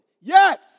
Yes